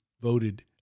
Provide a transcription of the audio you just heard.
voted